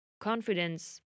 confidence